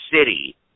city